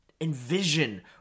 envision